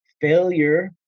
failure